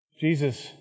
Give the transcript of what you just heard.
Jesus